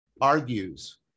argues